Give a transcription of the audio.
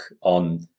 on